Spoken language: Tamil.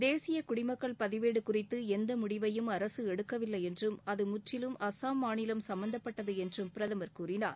தேசிய குடிமக்கள் பதிவேடு குறித்து எந்த முடிவையும் அரசு எடுக்கவில்லை என்றும் அது முற்றிலும் அஸ்ஸாம் மாநிலம் சம்பந்தப்பமட்டது என்றும் பிரதமர் கூறினார்